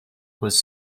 was